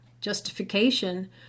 justification